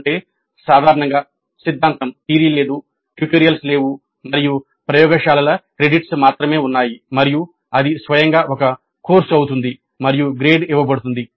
అంటే సాధారణంగా సిద్ధాంతం లేదు ట్యుటోరియల్స్ లేవు మరియు ప్రయోగశాల క్రెడిట్స్ మాత్రమే ఉన్నాయి మరియు అది స్వయంగా ఒక కోర్సు అవుతుంది మరియు గ్రేడ్ ఇవ్వబడుతుంది